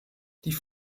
die